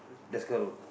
Deskar road